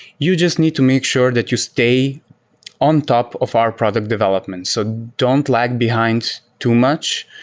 you just need to make sure that you stay on top of our product development. so don't lag behind too much.